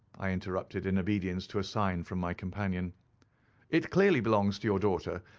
i interrupted, in obedience to a sign from my companion it clearly belongs to your daughter,